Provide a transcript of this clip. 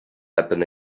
happen